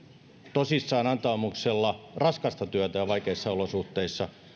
tosissaan ja antaumuksella raskasta työtä vaikeissa olosuhteissa